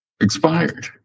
expired